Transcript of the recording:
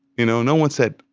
you know? no one said,